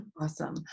Awesome